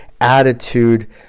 attitude